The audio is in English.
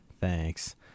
Thanks